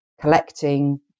collecting